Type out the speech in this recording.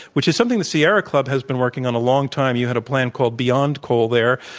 which is something the sierra club has been working on a long time. you had a plan called beyond coal there,